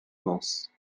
vence